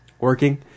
working